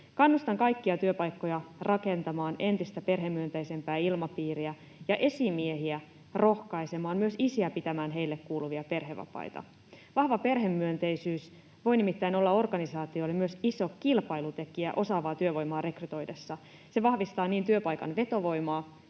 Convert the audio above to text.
Kannustan kaikkia työpaikkoja rakentamaan entistä perhemyönteisempää ilmapiiriä ja esimiehiä rohkaisemaan myös isiä pitämään heille kuuluvia perhevapaita. Vahva perhemyönteisyys voi nimittäin olla organisaatioille myös iso kilpailutekijä osaavaa työvoimaa rekrytoitaessa. Se vahvistaa niin työpaikan vetovoimaa